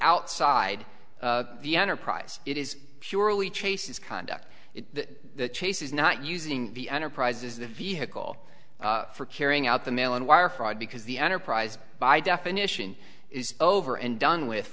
outside the enterprise it is purely chase's conduct the chase is not using the enterprises the vehicle for carrying out the mail and wire fraud because the enterprise by definition is over and done with